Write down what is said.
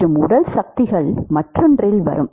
மற்றும் உடல் சக்திகள் மற்றொன்றில் வரும்